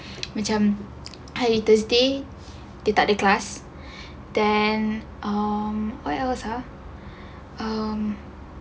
macam hari thursday dia tak ada kelas then um what else ah